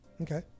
Okay